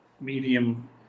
medium